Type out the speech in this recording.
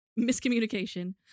Miscommunication